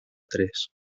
tres